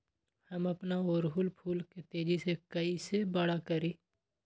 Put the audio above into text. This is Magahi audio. हम अपना ओरहूल फूल के तेजी से कई से बड़ा करी?